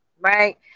Right